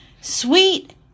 sweet